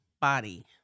body